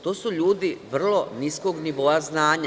To su ljudi vrlo niskog nivoa znanja.